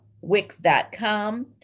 Wix.com